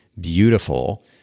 beautiful